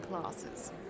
classes